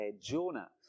Jonah